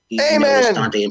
Amen